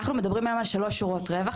אנחנו מדברים היום על שלוש שורות רווח.